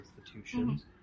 institutions